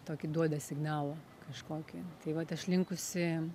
tokį duoda signalą kažkokį tai vat aš linkusi